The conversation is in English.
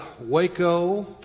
Waco